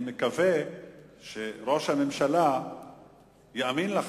אני מקווה שראש הממשלה יאמין לך,